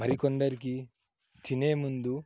మరికొందరికి తినేముందు